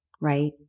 right